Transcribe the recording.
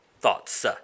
Thoughts